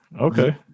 okay